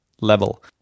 level